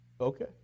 Okay